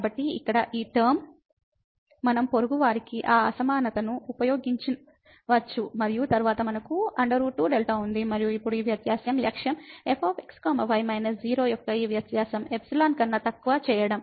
కాబట్టి ఇక్కడ ఈ టర్మ మనం పొరుగువారికి ఆ అసమానతను ఉపయోగించవచ్చు మరియు తరువాత మనకు 2δ ఉంది మరియు ఇప్పుడు ఈ వ్యత్యాసం లక్ష్యం f x y మైనస్ 0 యొక్క ఈ వ్యత్యాసం ϵ కన్నా తక్కువ చేయడం